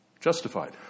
justified